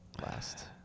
Last